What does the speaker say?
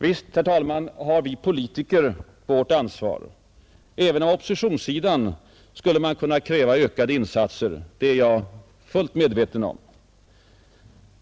Visst, herr talman, har vi politiker vårt ansvar. Även av oppositionssidan skulle man kunna kräva ökade insatser, det är jag fullt medveten om.